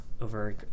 over